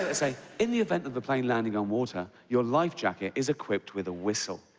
ah say, in the event of the plane landing on water, your life jacket is equipped with a whistle.